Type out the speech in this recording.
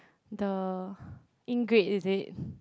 the ink grade is it